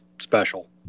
special